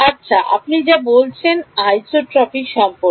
আচ্ছা আপনি যা বলেছেন আইসোট্রপিক সম্পর্কে